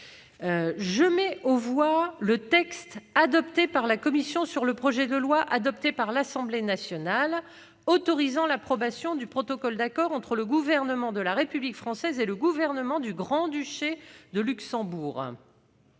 Je mets aux voix le texte adopté par la commission sur le projet de loi, adopté par l'Assemblée nationale, autorisant l'approbation du protocole d'accord entre le gouvernement de la République française et le gouvernement du Grand-Duché de Luxembourg